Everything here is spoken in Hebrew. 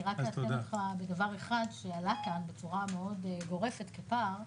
אני רק אעדכן אותך בדבר אחד שעלה כאן בצורה מאוד גורפת כפער,